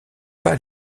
pas